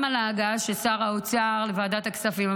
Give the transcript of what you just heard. על ההגעה של שר האוצר לוועדת הכספים,